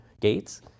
Gates